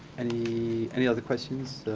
any other questions?